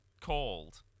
called